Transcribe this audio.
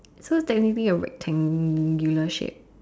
so technically a rectangle shape